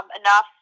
enough